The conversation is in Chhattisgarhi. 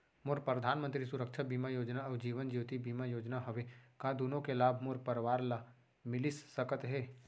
मोर परधानमंतरी सुरक्षा बीमा योजना अऊ जीवन ज्योति बीमा योजना हवे, का दूनो के लाभ मोर परवार ल मिलिस सकत हे?